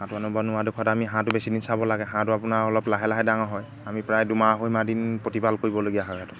হাঁহটো আনিব নোৱাৰা দোষত আমি হাঁহটো বেছি দিন চাব লাগে হাঁহটো আপোনাৰ অলপ লাহে লাহে ডাঙৰ হয় আমি প্ৰায় দুমাহ আঢ়ৈ মাহদিন প্ৰতিপাল কৰিবলগীয়া হয় সেইটো